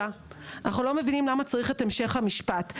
אנחנו לא מבינים למה צריך את המשך המשפט.